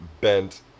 bent